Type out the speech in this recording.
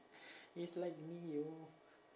it's like me yo